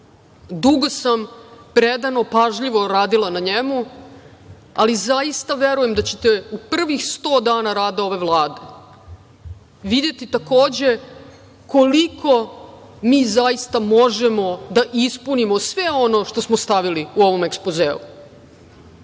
sam predano, pažljivo radila na njemu, ali zaista verujem da ćete u prvih 100 dana rada ove Vlade videti, takođe, koliko mi zaista možemo da ispunimo sve ono što smo stavili u ovom ekspozeu